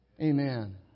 Amen